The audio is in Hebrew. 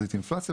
תחזית אינפלציה,